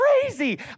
crazy